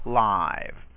live